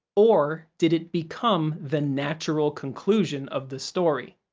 or did it become the natural conclusion of the story?